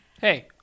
hey